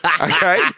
Okay